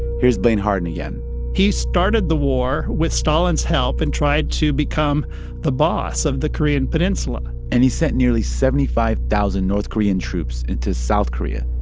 here's blaine harden again he started the war with stalin's help and tried to become the boss of the korean peninsula and he sent nearly seventy five thousand north korean troops into south korea.